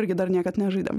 irgi dar niekad nežaidėm